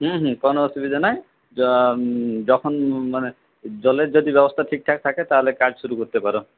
হ্যাঁ হ্যাঁ কোনো অসুবিধা নাই যখন মানে জলের যদি ব্যবস্থা ঠিকঠাক থাকে তাহলে কাজ শুরু করতে পারো